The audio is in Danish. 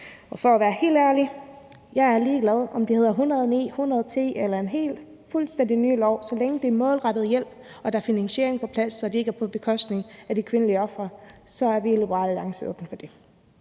Og for at være helt ærlig: Jeg er ligeglad, om det hedder § 109, § 110 eller er en fuldstændig ny lov. Så længe det er målrettet hjælp og der er finansiering på plads, så det ikke er på bekostning af de kvindelige ofre, så er vi i Liberal Alliance åbne for det.